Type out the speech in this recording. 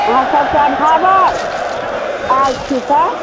अहाँ सबके अभाव अइ आयल छी तऽ